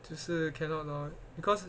就是 cannot lor because